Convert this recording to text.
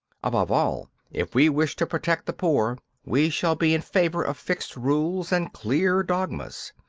above all, if we wish to protect the poor we shall be in favour of fixed rules and clear dogmas.